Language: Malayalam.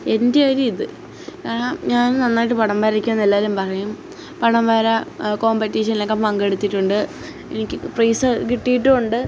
എന്റെ ഒരിത് കാരണം ഞാന് നന്നായിട്ട് പടം വരയ്ക്കുമെന്ന് എല്ലാവരും പറയും പടം വര കോമ്പറ്റീഷനിലൊക്കെ പങ്കെടുത്തിട്ടുണ്ട് എനിക്ക് പ്രൈസ് കിട്ടിയിട്ടുമുണ്ട്